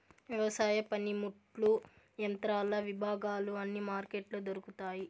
వ్యవసాయ పనిముట్లు యంత్రాల విభాగాలు అన్ని మార్కెట్లో దొరుకుతాయి